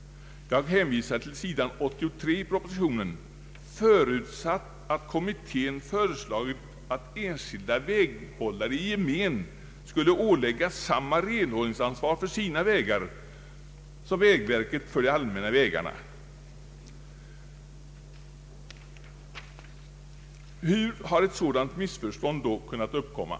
— jag hänvisar till sidan 83 i propositionen — har förutsatt att kommittén föreslagit att enskilda väghållare i gemen skulle åläggas samma renhållningsansvar för sina vägar som vägverket för de allmänna vägarna. Hur har ett sådant missförstånd då kunnat uppkomma?